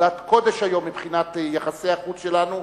עבודת קודש היום מבחינת יחסי החוץ שלנו,